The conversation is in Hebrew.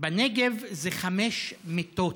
בנגב זה חמש מיתות,